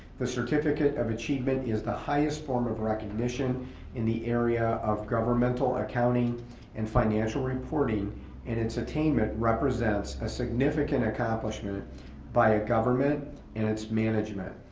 the certificate of achievement is the highest form of recognition in the area of governmental accounting and financial reporting and its attainment represents a significant accomplishment by a government and its management,